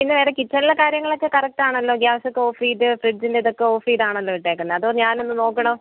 പിന്നെ വേറെ കിച്ചൺലെ കാര്യങ്ങളൊക്കെ കറക്റ്റ് അണല്ലോ ഗ്യാസ് ഒക്കെ ഓഫ് ചെയ്ത് ഫ്രിഡ്ജിൻ്റെ ഇതൊക്കെ ഓഫ് ചെയ്തണല്ലോ ഇട്ടിരിക്കുന്നത് അതോ ഞാനൊന്ന് നോക്കണോ